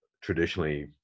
traditionally